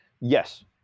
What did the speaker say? yes